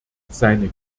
seine